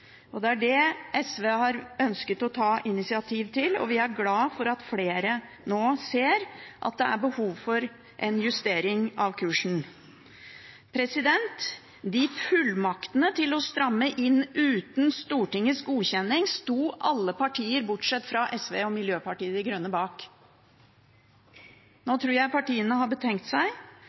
Det er det SV har ønsket å ta initiativ til, og vi er glad for at flere nå ser at det er behov for en justering av kursen. Fullmaktene til å stramme inn uten Stortingets godkjenning sto alle partier, bortsett fra SV og Miljøpartiet De Grønne, bak. Nå tror jeg partiene har betenkt seg.